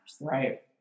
right